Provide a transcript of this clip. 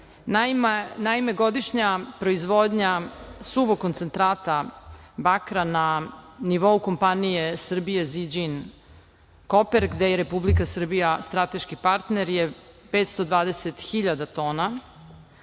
Group“.Naime, godišnja proizvodnja suvog koncentrata bakra na nivou kompanije „Serbia Zijin Coper“, gde je Republika Srbija strateški partner je 520 hiljada